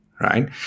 right